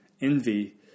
envy